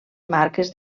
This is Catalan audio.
marques